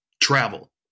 travel